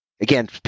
again